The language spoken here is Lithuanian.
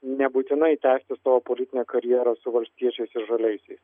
nebūtinai tęsti savo politinę karjerą su valstiečiais ir žaliaisiais